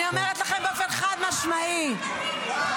אני אומרת לכם באופן חד-משמעי --- פחדנים,